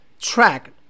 track